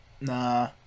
Nah